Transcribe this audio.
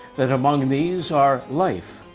that among these are life,